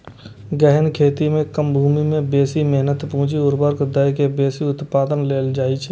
गहन खेती मे कम भूमि मे बेसी मेहनत, पूंजी, उर्वरक दए के बेसी उत्पादन लेल जाइ छै